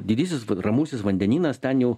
didysis vat ramusis vandenynas ten jau